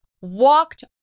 walked